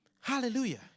Hallelujah